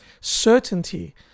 certainty